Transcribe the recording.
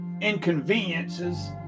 inconveniences